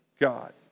God